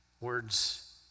Words